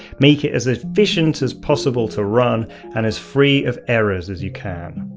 make it as efficient as possible to run and as free of errors as you can.